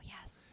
yes